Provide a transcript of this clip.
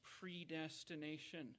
predestination